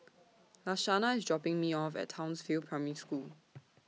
Lashanda IS dropping Me off At Townsville Primary School